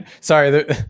Sorry